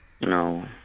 No